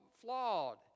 flawed